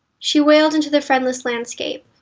she wailed into the friendless landscape.